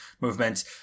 movement